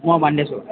म भन्दैछु